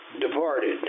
departed